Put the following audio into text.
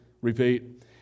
repeat